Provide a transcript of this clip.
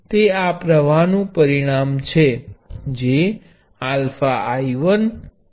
તે આ પ્ર્વાહનુ પરિણામ છે જે α I 1 I 2 છે